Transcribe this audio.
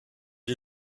die